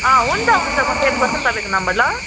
अँ हुन्छ हुन्छ म सेभ गर्छु नि तपाईँको नम्बर ल